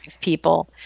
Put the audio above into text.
people